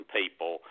people